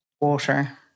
water